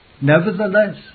Nevertheless